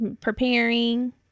Preparing